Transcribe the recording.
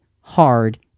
hard